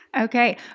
Okay